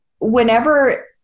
whenever